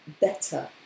better